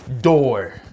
door